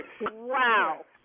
Wow